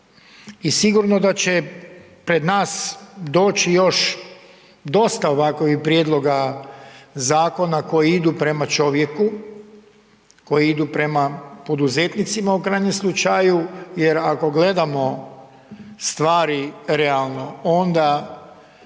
I sigurno da će pred nas doći još dosta ovakvih prijedloga zakona koji idu prema čovjeku, koji idu prema poduzetnicima u krajnjem slučaju jer ako gledamo stvari realno onda